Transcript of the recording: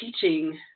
teaching